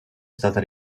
stata